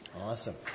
awesome